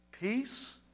peace